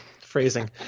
phrasing